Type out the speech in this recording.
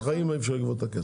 בחיים לא יראו את הכסף.